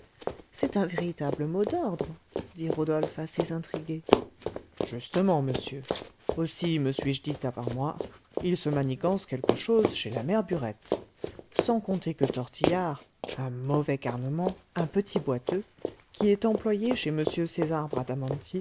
c'est un véritable mot d'ordre dit rodolphe assez intrigué justement monsieur aussi me suis-je dit à part moi il se manigance quelque chose chez la mère burette sans compter que tortillard un mauvais garnement un petit boiteux qui est employé chez m césar